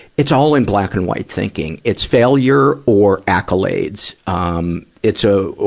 it's all in black and white thinking. it's failure or accolades. um it's a,